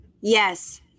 Yes